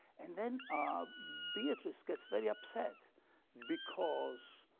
and then ah beatrice gets very upset because